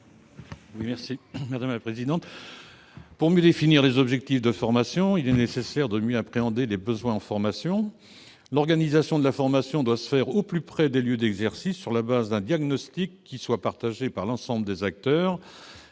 Jean-Marie Morisset. Pour mieux définir les objectifs de formation, il est nécessaire de mieux en appréhender les besoins. L'organisation de la formation doit se faire au plus près des lieux d'exercice, sur la base d'un diagnostic partagé par l'ensemble des acteurs.